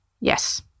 Yes